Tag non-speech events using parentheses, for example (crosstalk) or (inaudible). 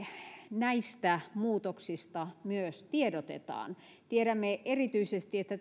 näistä muutoksista myös tiedotetaan tiedämme erityisesti että (unintelligible)